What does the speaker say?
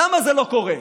למה זה לא קורה?